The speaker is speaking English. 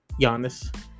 Giannis